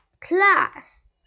class